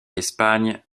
espagne